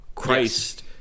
Christ